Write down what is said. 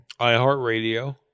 iHeartRadio